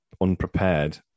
unprepared